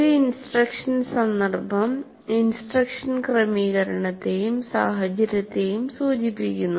ഒരു ഇൻസ്ട്രക്ഷൻ സന്ദർഭം ഇൻസ്ട്രക്ഷൻ ക്രമീകരണത്തെയും സഹചര്യത്തെയും സൂചിപ്പിക്കുന്നു